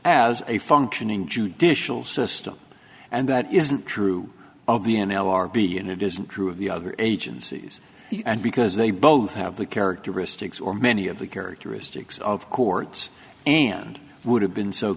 as a functioning judicial system and that isn't true of the n l r b and it isn't true of the other agencies and because they both have the characteristics or many of the characteristics of courts and would have been so